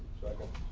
cycle.